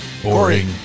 Boring